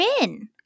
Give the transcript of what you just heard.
win